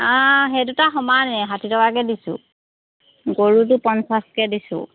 সেইদুটা সমানেই ষাঠি টকাকৈ দিছোঁ গৰুটো পঞ্চাছকৈ দিছোঁ